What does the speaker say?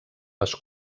les